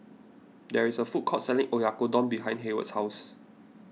there is a food court selling Oyakodon behind Heyward's house